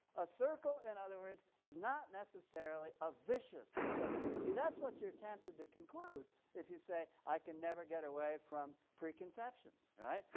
ah circle, in other words, is not necessarily a vicious circle. see, that's what you are tempted to conclude if you say, i can never get away from preconceptions. all right?